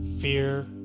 fear